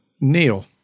Neil